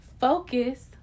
focus